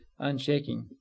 Unshaking